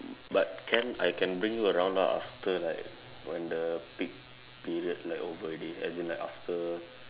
but can I can bring you around lah after like when the peak period like over already as in like after